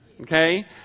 Okay